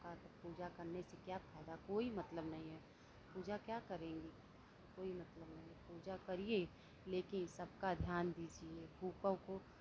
तो पूजा करने से क्या फायदा कोई मतलब नहीं है पूजा क्या करेंगे कोई मतलब नहीं पूजा करिये लेकिन सबका ध्यान दीजिये भूखा को खाना दीजिये